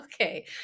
Okay